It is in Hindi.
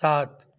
सात